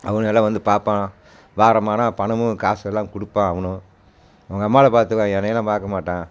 அவங்கள எல்லாம் வந்து பார்ப்பான் வாரம் ஆனால் பணமும் காசு எல்லாம் கொடுப்பான் அவனுவோ அவங்க அம்மாவை பார்த்துக்குவான் என்னை எல்லாம் பார்க்க மாட்டான்